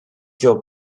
your